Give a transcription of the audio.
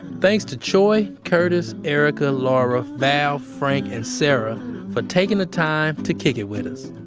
thanks to choy, curtis, erika, laura, val, frank, and sara for taking the time to kick it with us.